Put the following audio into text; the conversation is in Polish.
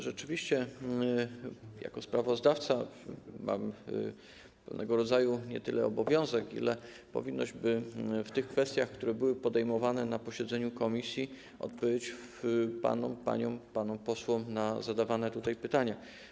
Rzeczywiście jako sprawozdawca mam pewnego rodzaju nie tyle obowiązek, ile powinność, by w zakresie tych kwestii, które były podejmowane na posiedzeniu komisji, odpowiedzieć paniom i panom posłom na zadawane tutaj pytania.